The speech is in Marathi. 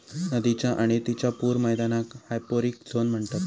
नदीच्य आणि तिच्या पूर मैदानाक हायपोरिक झोन म्हणतत